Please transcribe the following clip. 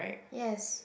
yes